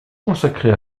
consacrée